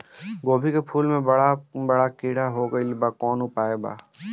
गोभी के फूल मे बड़ा बड़ा कीड़ा हो गइलबा कवन उपाय बा?